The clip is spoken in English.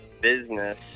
business